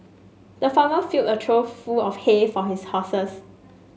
the farmer filled a trough full of hay for his horses